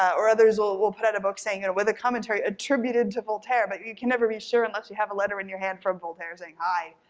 ah or others will will put out a book saying with a commentary attributed to voltaire, but you can never be sure unless you have a letter in your hand from voltaire saying, hi,